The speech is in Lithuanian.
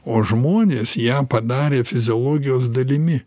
o žmonės ją padarė fiziologijos dalimi